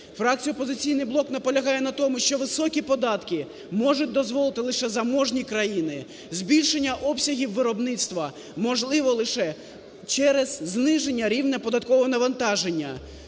Фракція "Опозиційний блок" наполягає на тому, що високі податки можуть дозволити лише заможні країни, збільшення обсягів виробництва можливо лише через зниження рівня податкового навантаження.